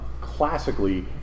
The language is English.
Classically